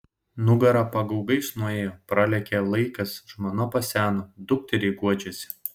nugara pagaugais nuėjo pralėkė laikas žmona paseno dukteriai guodžiasi